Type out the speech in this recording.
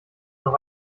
noch